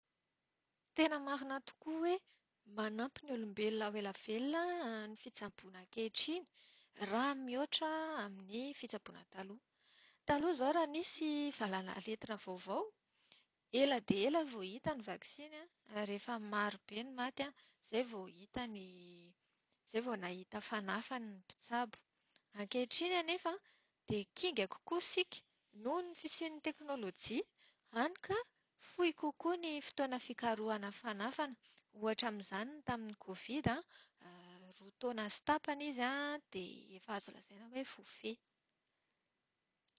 Tena marina tokoa hoe manampy ny olombeloha ho ela velona ny fitsaboana ankehitriny raha mihoatra amin'ny fitsaboana taloha. Taloha izao raha nisy ny valan'aretina vaovao, ela dia ela vao hita ny vaksiny ary maro ny maty an, izay vao nahita fanafany ny mpitsabo. Ankehitriny anefa dia kinga kokoa isika noho ny fisian'ny teknolojia, hany ka fohy kokoa ny fotoana fikarohana fanafana. Ohatra amin'izany ny tamin'ny COVID. Roa taona sy tapany izy dia efa azo lazaina hoe voafehy.